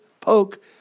poke